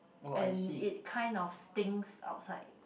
and it kind of stinks outside